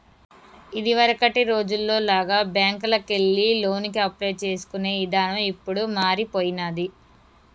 ఇదివరకటి రోజుల్లో లాగా బ్యేంకుకెళ్లి లోనుకి అప్లై చేసుకునే ఇదానం ఇప్పుడు మారిపొయ్యినాది